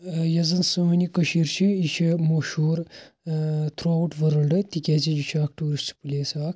آ یۄس زَن سٲنۍ یہِ کشیٖر چھِ یہِ چھِ مشہوٗر ٲں تھرٛو آوٗٹ ورٕلڈٕ تِکیٛازِ یہِ چھِ اَکھ ٹیٛوٗرسٹہٕ پٕلیس اَکھ